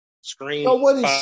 screen